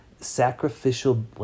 sacrificial